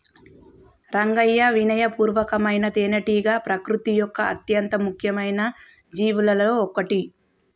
రంగయ్యా వినయ పూర్వకమైన తేనెటీగ ప్రకృతి యొక్క అత్యంత ముఖ్యమైన జీవులలో ఒకటి